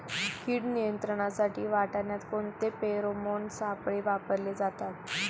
कीड नियंत्रणासाठी वाटाण्यात कोणते फेरोमोन सापळे वापरले जातात?